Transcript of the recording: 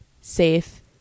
safe